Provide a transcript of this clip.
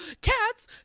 cats